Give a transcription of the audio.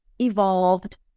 evolved